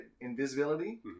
invisibility